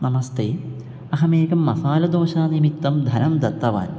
नमस्ते अहमेकं मसालदोशानिमित्तं धनं दत्तवान्